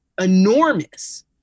enormous